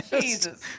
Jesus